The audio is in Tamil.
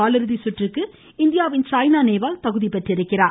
காலிநுதி சுற்றுக்கு இந்தியாவின் சாய்னா நேவால் தகுதி பெற்றுள்ளார்